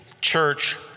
church